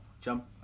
jump